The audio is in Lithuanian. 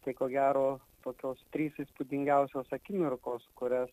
tai ko gero tokios trys įspūdingiausios akimirkos kurias